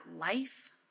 life